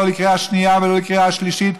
לא לקריאה שנייה ולא לקריאה שלישית,